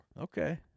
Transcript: Okay